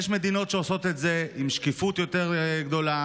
יש מדינות שעושות את זה עם שקיפות יותר גדולה,